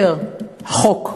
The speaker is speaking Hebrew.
לספר החוקים.